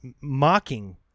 mocking